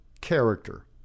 character